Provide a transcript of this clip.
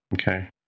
Okay